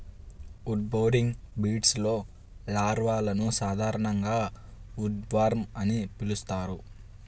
wood boring బీటిల్స్లో లార్వాలను సాధారణంగా ఉడ్వార్మ్ అని పిలుస్తారు